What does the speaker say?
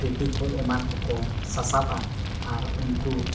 ᱠᱚ ᱮᱢᱟᱱ ᱠᱚᱠᱚ ᱥᱟᱥᱟᱵᱟ ᱟᱨ ᱩᱱᱠᱩ